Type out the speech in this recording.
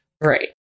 Right